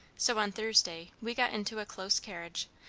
so on thursday we got into a close carriage,